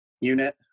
unit